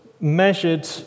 measured